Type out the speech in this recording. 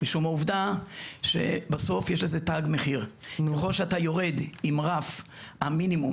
משום העובדה שבסוף יש לזה תג מחיר ככל שאתה יורד עם רף המינימום